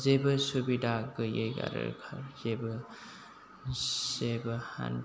जेबो सुबिदा गैयै आरो जेबो हान